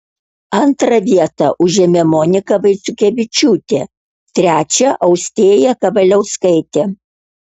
antrą vietą užėmė monika vaiciukevičiūtė trečią austėja kavaliauskaitė